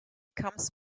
comes